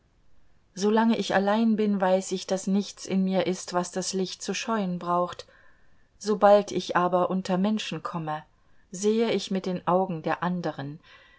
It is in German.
ich allein bin weiß ich daß nichts in mir ist was das licht zu scheuen braucht sobald ich aber unter menschen komme sehe ich mit den augen der anderen